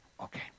Okay